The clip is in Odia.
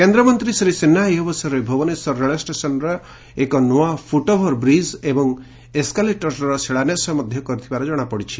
କେନ୍ଦ୍ରମନ୍ତୀ ଶ୍ରୀ ସିହ୍ବା ଏହି ଅବସରରେ ଭୁବନେଶ୍ୱର ଷେସନ୍ରେ ଏକ ନୂଆ ଫୁଟ୍ଓଭର୍ ବ୍ରିକ୍ ଏବଂ ଏସ୍କାଲେଟର୍ ଶିଳାନ୍ୟାସ କରିଥିବା କଶାପଡ଼ିଛି